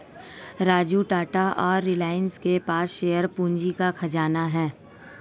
राजू टाटा और रिलायंस के पास शेयर पूंजी का खजाना है